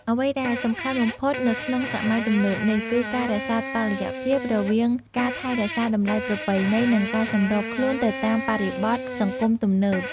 អ្វីដែលសំខាន់បំផុតនៅក្នុងសម័យទំនើបនេះ គឺការរក្សាតុល្យភាពរវាងការថែរក្សាតម្លៃប្រពៃណី និងការសម្របខ្លួនទៅតាមបរិបទសង្គមទំនើប។